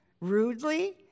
rudely